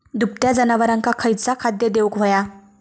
दुभत्या जनावरांका खयचा खाद्य देऊक व्हया?